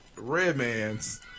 Redman's